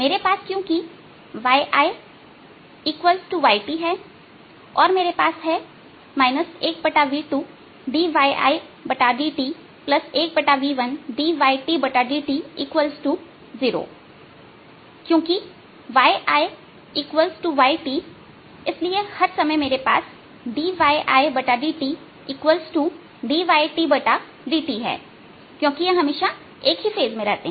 मेरे पास क्योंकि yI yT और मेरे पास है 1v2dyTdt 1v1dyTdt0 क्योंकि yI yT इसलिए हर समय मेरे पास है dyTdtdyIdt हैं क्योंकि यह हमेशा एक ही फेस में रहते हैं